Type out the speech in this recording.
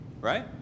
right